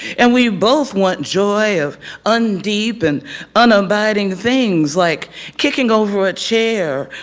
and we both want joy of undeep and unabiding things like kicking over a chair,